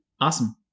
Awesome